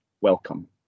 welcome